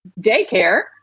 daycare